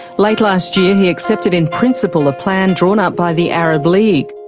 late last year he accepted in principle a plan drawn up by the arab league.